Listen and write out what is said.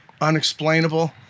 unexplainable